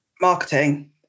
marketing